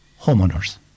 homeowners